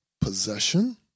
possession